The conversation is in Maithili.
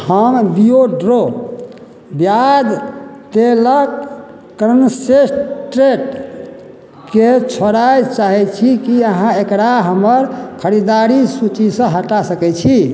हम बिआर्डो पिआज तेलक कॉन्सेट्रेटके छोड़ै चाहै छी कि अहाँ एकरा हमर खरीदारी सूचीसे हटा सकै छी